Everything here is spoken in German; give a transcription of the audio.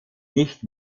nicht